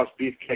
Beefcake